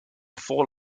for